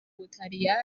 butaliyani